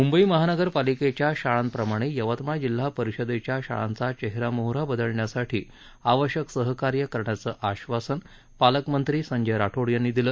मुंबई महानगरपालिकेच्या शाळांप्रमाणे यवतमाळ जिल्हा परिषदेच्या शाळांचा चेहरामोहरा बदलण्यासाठी आवश्यक सहकार्य करण्याचं आश्वासन पालकमंत्री संजय राठोड यांनी दिलं